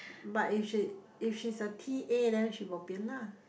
but if she if she's a P_A then she bo pian lah